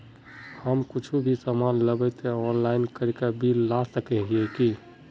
हम कुछ भी सामान लेबे ते ऑनलाइन करके बिल ला सके है की?